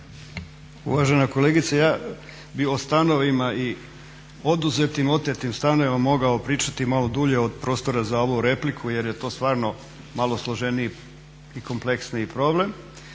Uvažena kolegica ja bih o stanovima oduzetim i otetima stanovima mogao pričati malo dulje od prostora za ovu repliku jer je to stvarno malo složeniji i kompleksniji problem.